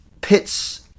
pits